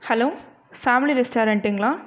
hello family ரெஸ்டாரன்ட்டுங்களா